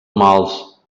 mals